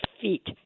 feet